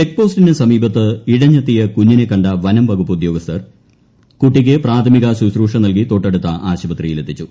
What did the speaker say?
check പോസ്റ്റിന് സമീപത്ത് ഇഴഞ്ഞെത്തിയ കുഞ്ഞിനെ കണ്ട വനം വകുപ്പ് ഉദ്യോഗസ്ഥർ കുട്ടിക്ക് പ്രാഥമിക ശുശ്രൂഷ നൽകി തൊട്ടടുത്ത ആശുപത്രിയിൽ എത്തിച്ചു